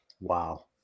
Wow